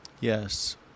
Yes